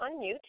unmute